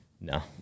No